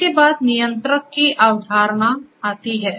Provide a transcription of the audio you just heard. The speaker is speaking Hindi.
इसके बाद नियंत्रक की अवधारणा आती है